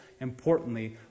importantly